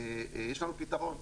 שיש לנו פתרון,